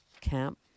camp